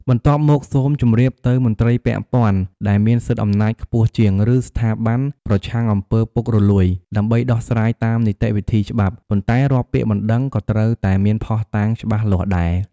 បន្ទាប់មក សូមជម្រាបទៅមន្រ្តីពាក់ព័ន្ធ ដែលមានសិទ្ធិអំណាចខ្ពស់ជាង ឬស្ថាប័នប្រឆាំងអំពើពុករលួយ ដើម្បីដោះស្រាយតាមនីតិវិធីច្បាប់ ប៉ុន្តែរាល់ពាក្យបណ្ដឹងក៏ត្រូវតែមានភស្តុតាងច្បាស់លាស់ដែរ។